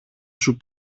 σου